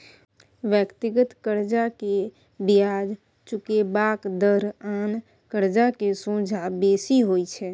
व्यक्तिगत कर्जा के बियाज चुकेबाक दर आन कर्जा के सोंझा बेसी होइत छै